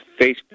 Facebook